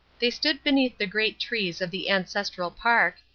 they stood beneath the great trees of the ancestral park,